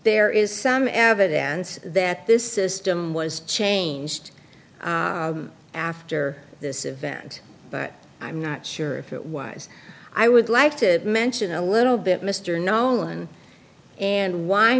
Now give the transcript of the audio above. there is some evidence that this system was changed after this event but i'm not sure if it was i would like to mention a little bit mr nolan and why